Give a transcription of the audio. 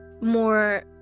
more